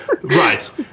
Right